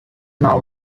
now